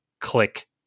click